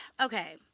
okay